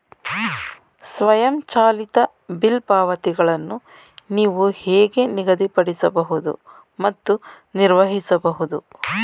ಸ್ವಯಂಚಾಲಿತ ಬಿಲ್ ಪಾವತಿಗಳನ್ನು ನೀವು ಹೇಗೆ ನಿಗದಿಪಡಿಸಬಹುದು ಮತ್ತು ನಿರ್ವಹಿಸಬಹುದು?